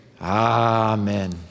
amen